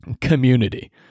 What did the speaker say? community